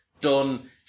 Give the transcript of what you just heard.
done